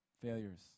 failures